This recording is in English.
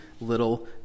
little